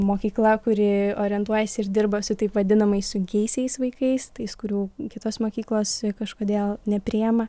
mokykla kūri orientuojasi ir dirba su taip vadinamais sunkiaisiais vaikais tais kurių kitos mokyklos kažkodėl nepriima